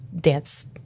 dance